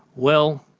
well,